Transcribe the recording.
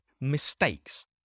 mistakes